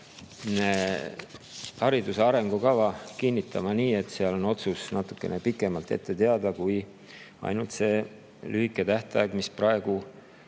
hariduse arengukava kinnitama nii, et seal on otsus natukene pikemalt ette teada kui ainult see lühike tähtaeg, mis praegu